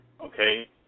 Okay